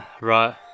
right